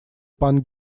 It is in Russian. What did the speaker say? пан